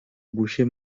bouchée